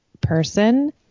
person